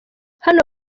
hano